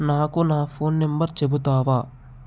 నాకు నా phone number చెబుతావా